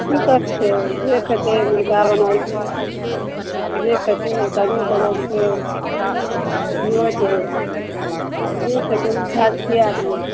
कि सौख छै जे खएतै मुरगा बनल छै जे खएतै सादो भोजन छै अथिओ छै जे खएतै ओ खिलाएल खिए देबै